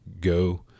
go